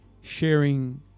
sharing